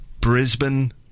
Brisbane